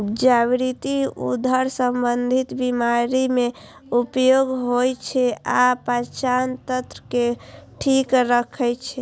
जावित्री उदर संबंधी बीमारी मे उपयोग होइ छै आ पाचन तंत्र के ठीक राखै छै